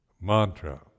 mantra